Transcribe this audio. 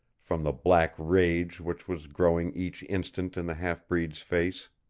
from the black rage which was growing each instant in the half-breed's face.